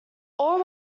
all